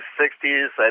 60s